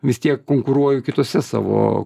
vis tiek konkuruoju kituose savo